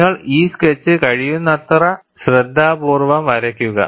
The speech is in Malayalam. നിങ്ങൾ ഈ സ്കെച്ച് കഴിയുന്നത്ര ശ്രദ്ധാപൂർവ്വം വരയ്ക്കുക